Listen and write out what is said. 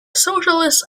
socialist